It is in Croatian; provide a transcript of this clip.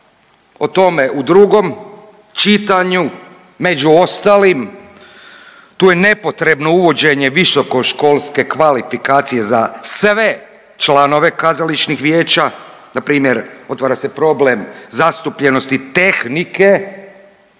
o tome u drugom čitanju među ostalim tu je nepotrebno uvođenje visokoškolske kvalifikacije za sve članove kazališnih vijeća npr. otvara se problem zastupljenosti tehnike